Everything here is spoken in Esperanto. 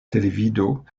televido